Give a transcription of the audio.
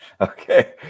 okay